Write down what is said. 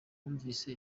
bumvise